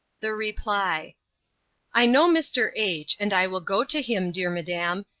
the reply i know mr. h, and i will go to him, dear madam,